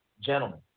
Gentlemen